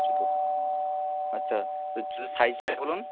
আচ্ছা তো জুতোর সাইজটা বলুন